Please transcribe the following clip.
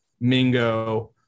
Mingo